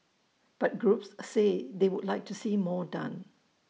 but groups say they would like to see more done